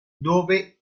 dove